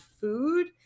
food